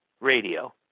radio